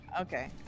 Okay